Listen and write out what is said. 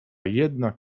jedna